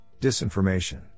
disinformation